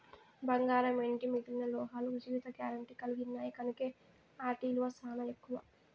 బంగారం, ఎండి మిగిలిన లోహాలు జీవిత గారెంటీ కలిగిన్నాయి కనుకే ఆటి ఇలువ సానా ఎక్కువ